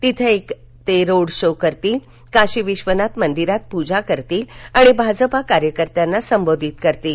तिथे ते एक रोड शो करतील काशी विश्वनाथ मंदिरात पूजा करतील आणि भाजप कार्यकर्त्यांना संबोधित करतील